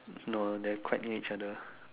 no they're quite near each other